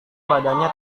badannya